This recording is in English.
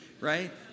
right